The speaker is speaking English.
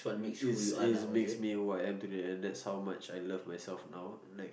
is is makes me what I have to do and that's how much I love myself now like